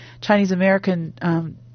Chinese-American